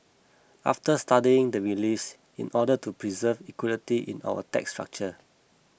after studying the reliefs in order to preserve equity in our tax structure